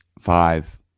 five –